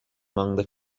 amongst